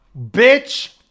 Bitch